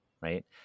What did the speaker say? right